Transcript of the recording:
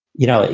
you know,